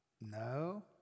No